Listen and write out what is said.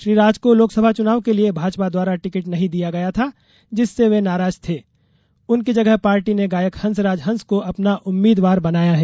श्री राज को लोकसभा चुनाव के लिए भाजपा द्वारा टिकट नहीं दिया गया था जिससे वे नाराज थे उनकी जगह पार्टी ने गायक हंसराज हंस को अपना उम्मीदवार बनाया है